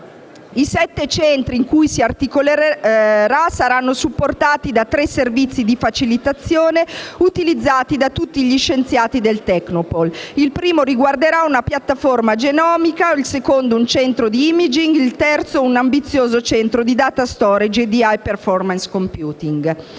I sette centri in cui si articolerà saranno supportati da tre servizi di facilitazione, utilizzati da tutti gli scienziati del Technopole*:* il primo riguarderà una piattaforma di genomica, il secondo un centro di *imaging* e il terzo un ambizioso centro di *data storage and high performance computing*.